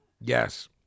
Yes